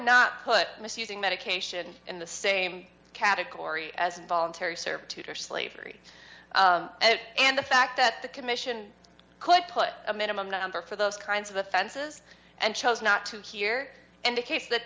not put misusing medication in the same category as involuntary servitude or slavery and the fact that the commission could put a minimum number for those kinds of offenses and chose not to hear and a case that